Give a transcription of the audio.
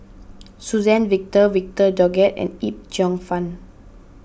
Suzann Victor Victor Doggett and Yip Cheong Fun